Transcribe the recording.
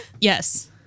Yes